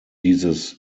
dieses